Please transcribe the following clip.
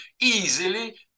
easily